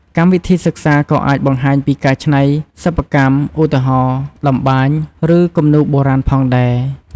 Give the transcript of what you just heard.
កម្មវិធីសិក្សាក៏អាចបង្ហាញពីការច្នៃសិប្បកម្ម ឧទាហរណ៍ តម្បាញ ឬគំនូរបុរាណផងដែរ។